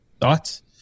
Thoughts